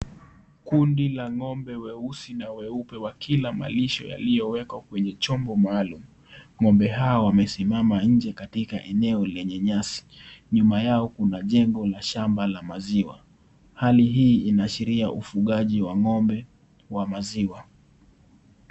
Kundi la ngombe weusi na weupe wakila malisho yaliowekwa kwenye chombo maalum. Ngombe hawa wamesimama nje katika eneo lenye nyasi . Nyuma yao kuna jengo la shamba la maziwa hali hii inaashiria ufugaji wa ngombe wa maziwa.